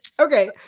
Okay